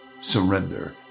surrender